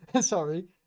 sorry